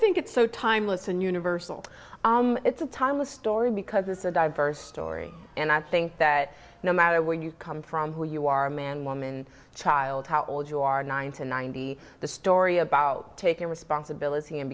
think it's so timeless and universal it's a timeless story because it's a diverse story and i think that no matter where you come from who you are man woman child how old you are nine to ninety the story about taking responsibility and